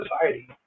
society